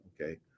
okay